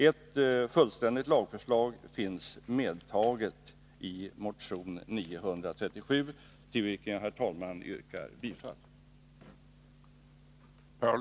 Ett fullständigt lagförslag finns medtaget i motion 937, till vilken jag, herr talman, yrkar bifall.